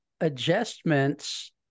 adjustments